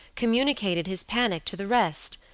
communicated his panic to the rest,